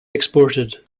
exported